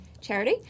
charity